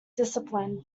discipline